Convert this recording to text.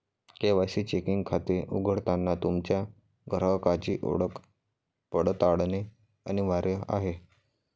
KYC checking खाते उघडताना तुमच्या ग्राहकाची ओळख पडताळणे अनिवार्य आहे